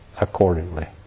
accordingly